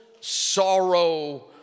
sorrow